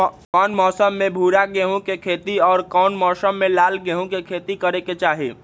कौन मौसम में भूरा गेहूं के खेती और कौन मौसम मे लाल गेंहू के खेती करे के चाहि?